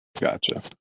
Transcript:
Gotcha